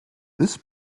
this